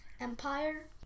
Empire